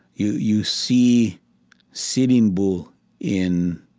you you see sitting bull in